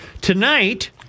Tonight